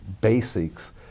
basics